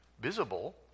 visible